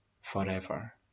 forever